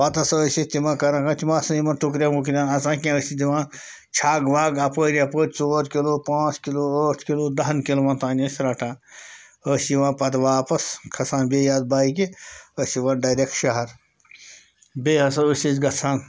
پَتہٕ ہَسا ٲسۍ أسۍ تِمَن کَران تِم آسہٕ نہٕ یِمَن ٹوٗکرٮ۪ن ووٗکرٮ۪ن اَژان کیٚنٛہہ أسۍ چھِ دِوان چھَگ وَگ اَپٲرۍ یَپٲرۍ ژور کِلوٗ پانٛژھ کِلوٗ ٲٹھ کِلوٗ دَہَن کِلوَن تام ٲسۍ رَٹان ٲسۍ یِوان پَتہٕ واپَس کھَسان بیٚیہِ اَتھ بایکہِ ٲسۍ یِوان ڈٮ۪رٮ۪ک شہر بیٚیہِ ہَسا ٲسۍ أسۍ گژھان